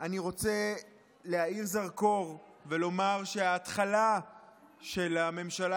אני רוצה להאיר בזרקור ולומר שההתחלה של הממשלה